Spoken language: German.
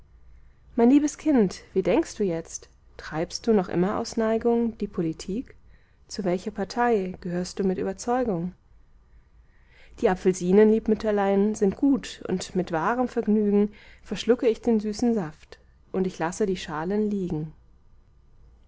mein liebes kind wie denkst du jetzt treibst du noch immer aus neigung die politik zu welcher partei gehörst du mit überzeugung die apfelsinen lieb mütterlein sind gut und mit wahrem vergnügen verschlucke ich den süßen saft und ich lasse die schalen liegen